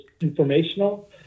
informational